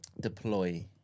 deploy